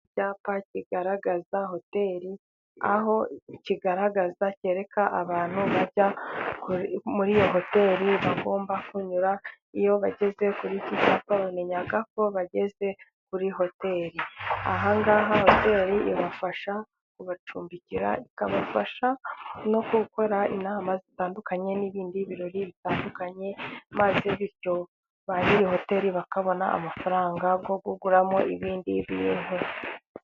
Icyapa kigaragaza hoteli, aho kigaragaza cyereka abantu bajya muri iyo hoteli bagomba kunyura, iyo bageze kuri icyo cyapa bamenya ko bageze kuri hoteli, hoteli ibafasha kubacumbikira, ikabafasha no gukora inama zitandukanye n'ibindi birori bitandukanye maze bityo ba Nyiri hoteli bakabona amafaranga yo kuguramo ibindi bintu.